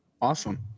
awesome